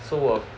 so 我